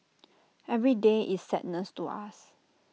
every day is sadness to us